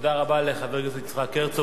תודה רבה לחבר הכנסת יצחק הרצוג.